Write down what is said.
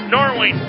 Norway